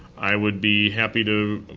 i would be happy to